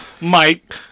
Mike